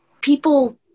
people